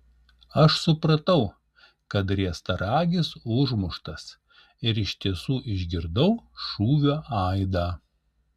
aš supratau kad riestaragis užmuštas ir iš tiesų išgirdau šūvio aidą